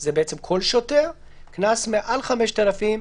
זה כל שוטר, קנס מעל 5,000 ש"ח.